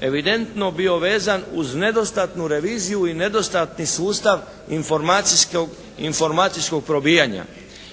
evidentno bio vezan uz nedostatnu reviziju i nedostatni sustav informacijskog probijanja.